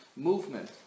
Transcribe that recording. movement